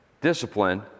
discipline